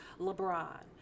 LeBron